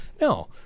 No